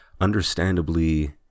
understandably